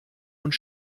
und